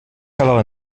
cal